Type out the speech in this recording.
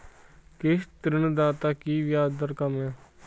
किस ऋणदाता की ब्याज दर कम है?